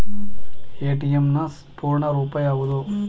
ATM ನ ಪೂರ್ಣ ರೂಪ ಯಾವುದು?